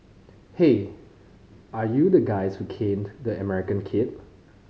hey are you the guys who caned the American kid